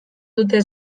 dute